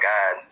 God